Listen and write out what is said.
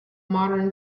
modern